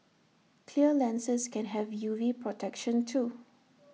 clear lenses can have U V protection too